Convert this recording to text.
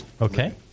Okay